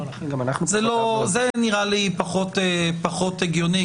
זה נראה לי פחות הגיוני.